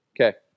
Okay